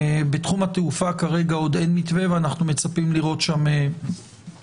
בתחום התעופה כרגע עוד אין מתווה ואנחנו מצפים לראות שם מענה.